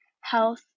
health